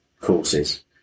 courses